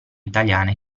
italiane